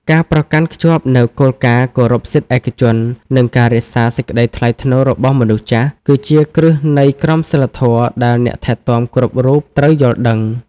ការប្រកាន់ខ្ជាប់នូវគោលការណ៍គោរពសិទ្ធិឯកជន និងការរក្សាសេចក្តីថ្លៃថ្នូររបស់មនុស្សចាស់ គឺជាគ្រឹះនៃក្រមសីលធម៌ដែលអ្នកថែទាំគ្រប់រូបត្រូវយល់ដឹង។